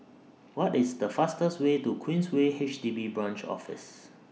What IS The fastest Way to Queensway H D B Branch Office